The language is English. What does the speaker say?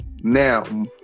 now